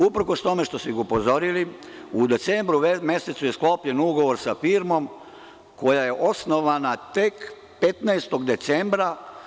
Uprkos tome što su ih upozorili, u decembru mesecu je sklopljen ugovor sa firmom koja je osnovana tek 15. decembra.